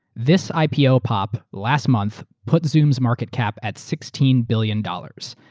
this ipo pop last month, put zoomaeurs market cap at sixteen billion dollars.